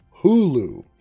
Hulu